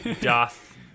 Doth